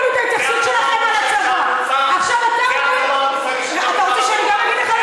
חברת הכנסת ענת ברקו, אני חושב שהדקה שלך,